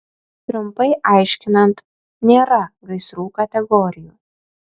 trumpai aiškinant nėra gaisrų kategorijų